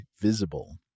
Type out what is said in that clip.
visible